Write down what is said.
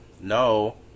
No